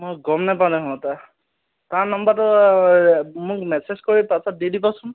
অঁ গম নাপাওঁ ইমান এটা তাৰ নম্বৰটো মোক মেছেজ কৰি পাছত দি দিবচোন